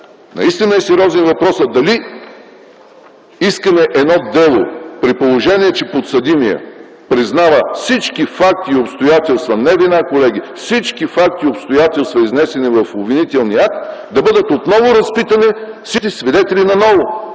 Наистина е сериозен въпросът дали искаме едно дело при положение, че подсъдимият признава всички факти и обстоятелства, не вина, колеги, а всички факти и обстоятелства, изнесени в обвинителния акт, да бъдат отново разпитани всичките свидетели наново,